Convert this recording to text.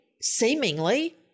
seemingly